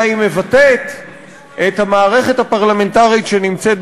אלא היא מבטאת את המערכת הפרלמנטרית שנמצאת